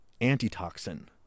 antitoxin